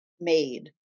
made